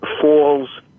falls